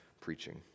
preaching